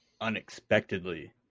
unexpectedly